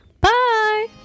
Bye